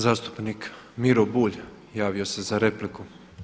Zastupnik Miro Bulj javio se za repliku.